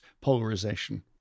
polarization